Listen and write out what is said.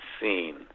seen